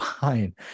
fine